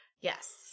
Yes